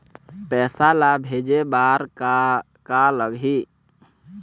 पैसा ला भेजे बार का का लगही?